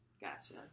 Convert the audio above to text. Gotcha